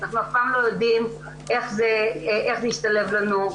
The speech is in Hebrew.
אנחנו אף פעם לא יודעים איך זה ישתלב לנו,